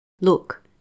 Look